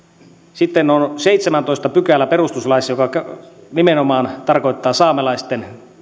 sitten on perustuslain seitsemästoista pykälä joka nimenomaan käsittelee saamelaisten